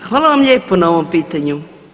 Hvala vam lijepo na ovom pitanju.